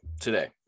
today